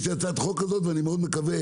יש לי הצעת חוק כזאת ואני מאוד מקווה